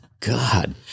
God